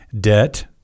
Debt